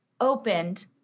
opened